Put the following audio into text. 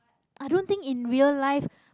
i don't think in real life